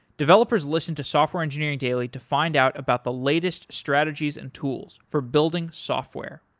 developers listen to software engineering daily to find out about the latest strategies and tools for building software.